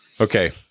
Okay